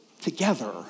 together